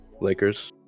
Lakers